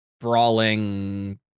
Brawling